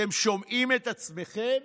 אתם שומעים את עצמכם?